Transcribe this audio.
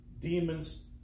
demons